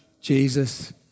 Jesus